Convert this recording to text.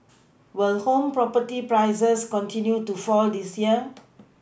will home property prices continue to fall this year